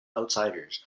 outsiders